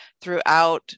throughout